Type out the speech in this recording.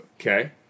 Okay